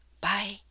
Bye